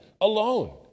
alone